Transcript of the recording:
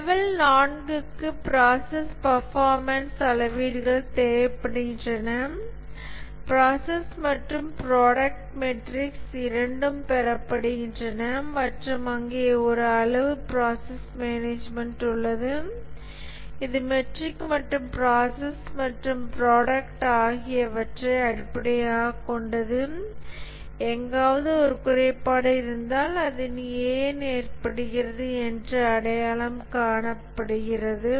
level 4 க்கு process performance அளவீடுகள் தேவைப்படுகின்றன ப்ராசஸ் மற்றும் புரோடக்ட் மெட்ரிக்ஸ் இரண்டும் பெறப்படுகின்றன மற்றும் அங்கே ஒரு அளவு ப்ராசஸ் மேனேஜ்மென்ட் உள்ளது இது மெட்ரிக்ஸ் மற்றும் ப்ராசஸ் மற்றும் ப்ராடக்ட் ஆகியவற்றை அடிப்படையாகக் கொண்டது எங்காவது ஒரு குறைபாடு இருந்தால் அது ஏன் ஏற்படுகிறது என்று அடையாளம் காணப்படுகிறது